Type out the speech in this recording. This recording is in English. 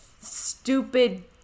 stupid